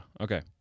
Okay